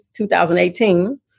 2018